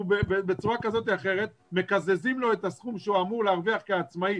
בצורה כזו או אחרת מקזזים לו את הסכום שהוא אמור להרוויח כעצמאי